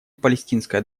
палестинской